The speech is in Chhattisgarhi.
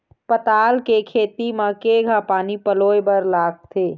पताल के खेती म केघा पानी पलोए बर लागथे?